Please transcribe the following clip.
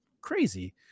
crazy